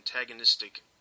antagonistic